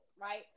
right